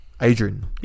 Adrian